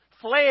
fled